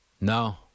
No